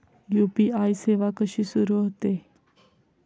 UPI सेवा कशी सुरू होते?